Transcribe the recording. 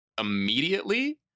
immediately